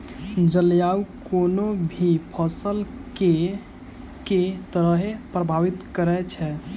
जलवायु कोनो भी फसल केँ के तरहे प्रभावित करै छै?